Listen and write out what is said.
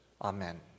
Amen